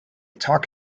talk